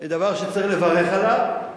דבר שצריך לברך עליו.